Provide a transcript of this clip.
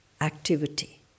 activity